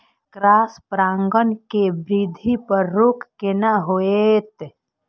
Cross परागण के वृद्धि पर रोक केना होयत?